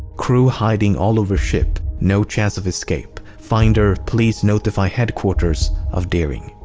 crew hiding all over ship. no chance of escape. finder, please notify headquarters of deering.